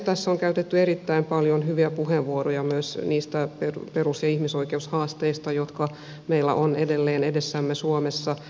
tässä on käytetty erittäin paljon hyviä puheenvuoroja myös niistä perus ja ihmisoikeushaasteista jotka meillä on edelleen edessämme suomessa